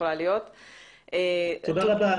תודה רבה,